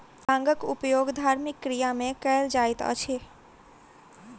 भांगक उपयोग धार्मिक क्रिया में कयल जाइत अछि